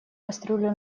кастрюлю